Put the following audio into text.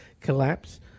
collapse